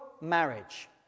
marriage